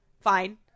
Fine